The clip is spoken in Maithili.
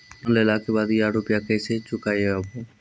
लोन लेला के बाद या रुपिया केसे चुकायाबो?